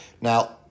Now